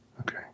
Okay